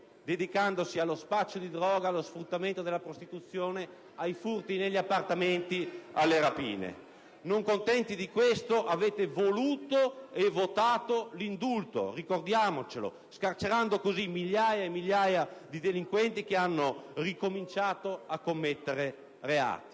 dedicandosi allo spaccio di droga, allo sfruttamento della prostituzione, ai furti negli appartamenti, alle rapine. *(Commenti del senatore Maritati).* Non contenti di questo, avete voluto e votato l'indulto (ricordiamocelo), scarcerando così migliaia e migliaia di delinquenti che hanno ricominciato a commettere reati.